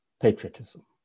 patriotism